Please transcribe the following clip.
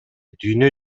дүйнө